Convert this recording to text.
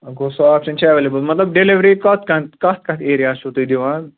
گوٚوُ سُہ آپشَن چھُ ایولیبل مطلب ڈٮ۪لؤری کَتھ کن کَتھ کَتھ ایریاہس چھُو تُہۍ دِوان